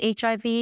HIV